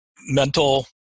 mental